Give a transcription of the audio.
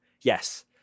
Yes